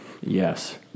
Yes